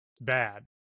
bad